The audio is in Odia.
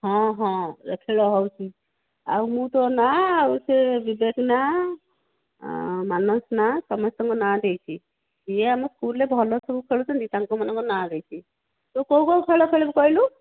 ହଁ ହଁ ଖେଳ ହେଉଛି ଆଉ ମୁଁ ତୋ ନାଁ ଆଉ ସେ ବିବେକ୍ ନାଁ ମାନସ ନାଁ ସମସ୍ତଙ୍କ ନାଁ ଦେଇଛି ଯିଏ ଆମ ସ୍କୁଲ୍ରେ ଭଲ ସବୁ ଖେଳୁଛନ୍ତି ତାଙ୍କମାନଙ୍କ ନାଁ ଦିଆହୋଇଛି ତୁ କେଉଁ କେଉଁ ଖେଳ ଖେଳିବୁ କହିଲୁ